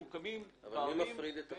מי מפריד את הפסולת?